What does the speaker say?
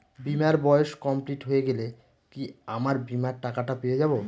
বীমার বয়স কমপ্লিট হয়ে গেলে কি আমার বীমার টাকা টা পেয়ে যাবো?